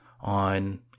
On